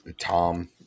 Tom